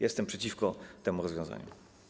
Jestem przeciwko temu rozwiązaniu.